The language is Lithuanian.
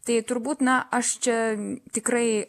tai turbūt na aš čia tikrai